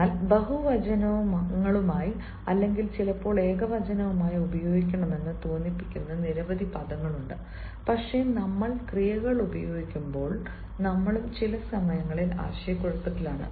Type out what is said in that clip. എന്നാൽ ബഹുവചനങ്ങളായി അല്ലെങ്കിൽ ചിലപ്പോൾ ഏകവചനമായി ഉപയോഗിക്കാമെന്ന് തോന്നിപ്പിക്കുന്ന നിരവധി പദങ്ങളുണ്ട് പക്ഷേ നമ്മൾ ക്രിയകൾ ഉപയോഗിക്കുമ്പോൾ ഞങ്ങളും ചില സമയങ്ങളിൽ ആശയക്കുഴപ്പത്തിലാണ്